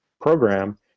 program